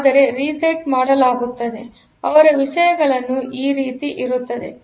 ಆದರೆ ರೀಸೆಟ್ ಮಾಡಲಾಗುತ್ತದೆ ಅವರ ವಿಷಯಗಳನ್ನು ಈ ರೀತಿಯ ಇರುತ್ತದೆ